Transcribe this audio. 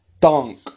dunk